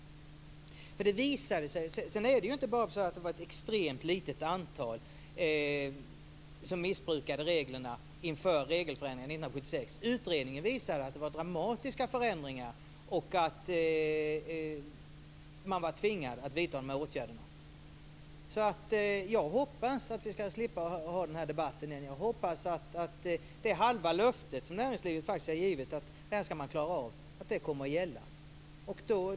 Sedan var det ju inte bara ett extremt litet antal som missbrukade reglerna inför regelförändringarna 1976. Utredningen visar att förändringarna var dramatiska och att man var tvingad att vidta dessa åtgärder. Jag hoppas att vi ska slippa ha den här debatten igen. Jag hoppas att det halva löfte som näringslivet faktiskt har givit, att man faktiskt ska klara av detta, kommer att hållas.